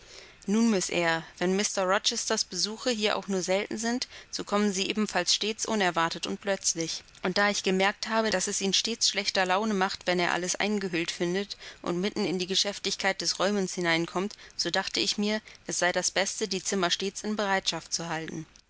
nun miß eyre wenn mr rochesters besuche hier auch nur selten sind so kommen sie ebenfalls stets unerwartet und plötzlich und da ich bemerkt habe daß es ihn stets schlechter laune macht wenn er alles eingehüllt findet und mitten in die geschäftigkeit des räumens hineinkommt so dachte ich mir es sei das beste die zimmer stets in bereitschaft zu halten